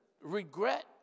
Regret